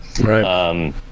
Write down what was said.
Right